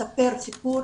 (ספרי לי נא סיפור),